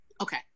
okay